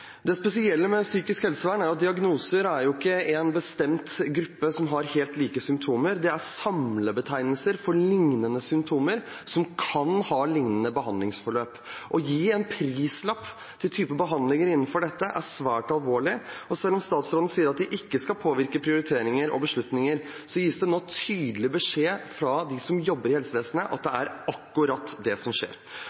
Det spesielle med psykisk helsevern er at diagnoser ikke er en bestemt gruppe som har helt like symptomer, det er samlebetegnelser for liknende symptomer, som kan ha liknende behandlingsforløp. Å gi en prislapp på en type behandlinger innenfor dette er svært alvorlig. Selv om statsråden sier at det ikke skal påvirke prioritering og beslutninger, gis det nå tydelig beskjed fra dem som jobber i helsevesenet, om at det